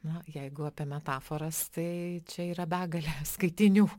na jeigu apie metaforas tai čia yra begalė skaitinių